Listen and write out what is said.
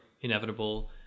inevitable